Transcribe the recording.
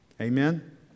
Amen